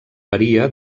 varia